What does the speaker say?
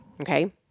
Okay